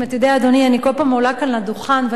אני כל פעם עולה כאן לדוכן ואני אומרת: